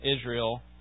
Israel